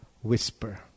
whisper